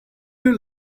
you